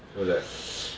is it